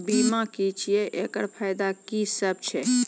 बीमा की छियै? एकरऽ फायदा की सब छै?